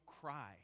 cry